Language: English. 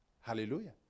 Hallelujah